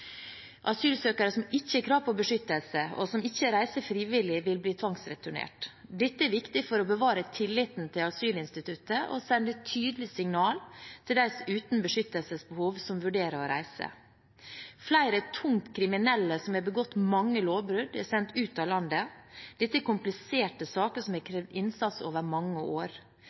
Asylsøkere som ikke har krav på beskyttelse, og som ikke reiser frivillig, vil bli tvangsreturnert. Dette er viktig for å bevare tilliten til asylinstituttet og sender et tydelig signal til dem uten beskyttelsesbehov som vurderer å reise. Flere tungt kriminelle som har begått mange lovbrudd, er sendt ut av landet. Dette er kompliserte saker som har krevd innsats over mange år.